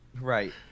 Right